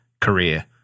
career